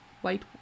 white